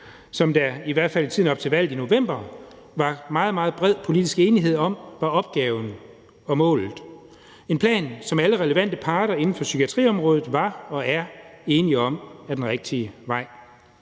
som der i hvert fald i tiden op til valget i november var meget, meget bred politisk enighed om var opgaven og målet. Det var en plan, som alle relevante parter inden for psykiatriområdet var og er enige om er den rigtige vej